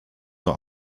nur